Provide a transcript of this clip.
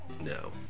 no